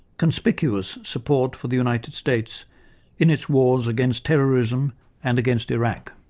conspicuous support for the united states in its wars against terrorism and against iraq.